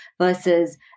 versus